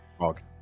Okay